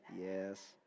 Yes